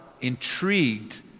intrigued